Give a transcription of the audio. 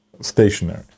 stationary